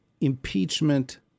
impeachment